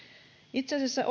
itse asiassa